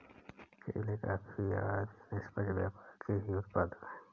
केले, कॉफी आदि निष्पक्ष व्यापार के ही उत्पाद हैं